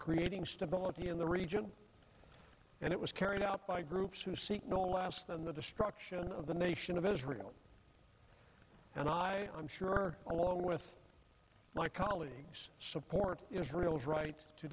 leading stability in the region and it was carried out by groups who seek no last than the destruction of the nation of israel and i am sure along with my colleagues support israel's right to